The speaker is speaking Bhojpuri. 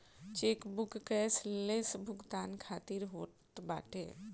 चेकबुक कैश लेस भुगतान खातिर होत बाटे